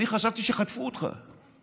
אני חשבתי שחטפו אותך.